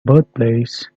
birthplace